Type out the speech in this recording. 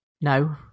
No